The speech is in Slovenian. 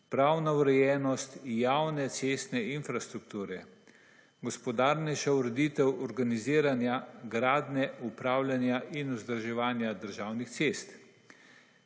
pravna urejenost javne cestne infrastrukture, gospodarnejša ureditev organiziranja gradnje, upravljanja in vzdrževanja državnih cest